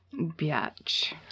Bitch